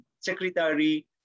Secretary